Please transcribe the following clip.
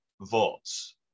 volts